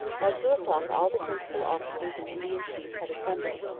by two o'clock all the principal officers and indian chiefs had assembled,